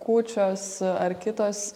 kūčios ar kitos